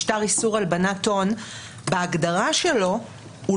משטר איסור הלבנת הון בהגדרה שלו הוא